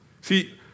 See